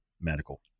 medical